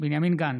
בנימין גנץ,